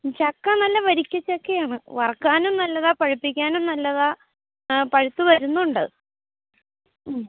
ചക്ക നല്ല വരിക്കചക്കയാണ് വറുക്കാനും നല്ലതാണ് പഴുപ്പിക്കാനും നല്ലതാണ് പഴുത്ത് വരുന്നുണ്ട് മ്മ്